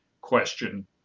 question